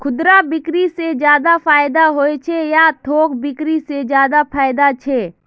खुदरा बिक्री से ज्यादा फायदा होचे या थोक बिक्री से ज्यादा फायदा छे?